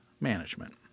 management